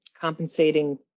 compensating